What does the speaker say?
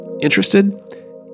Interested